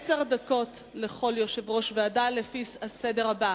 עשר דקות לכל יושב-ראש ועדה לפי הסדר הבא: